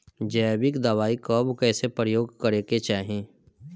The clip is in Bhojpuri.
जैविक दवाई कब कैसे प्रयोग करे के चाही?